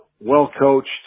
well-coached